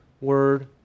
Word